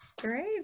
Great